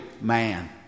man